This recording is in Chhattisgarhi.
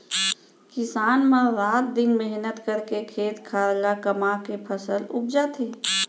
किसान मन रात दिन मेहनत करके खेत खार ल कमाके फसल उपजाथें